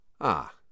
Ah